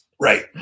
Right